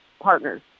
partners